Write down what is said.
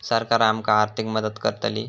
सरकार आमका आर्थिक मदत करतली?